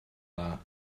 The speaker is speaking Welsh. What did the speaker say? dda